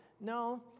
No